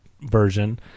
version